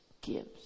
gives